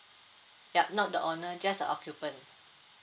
yup not the owner just the occupant